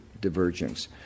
divergence